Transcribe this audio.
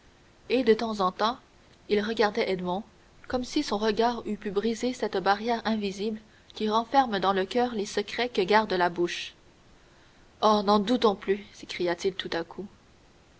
et de temps en temps il regardait edmond comme si son regard eût pu briser cette barrière invisible qui enferme dans le coeur les secrets que garde la bouche oh n'en doutons plus s'écria-t-il tout à coup